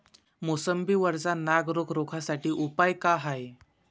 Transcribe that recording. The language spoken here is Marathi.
मोसंबी वरचा नाग रोग रोखा साठी उपाव का हाये?